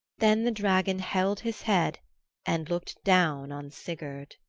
then the dragon held his head and looked down on sigurd.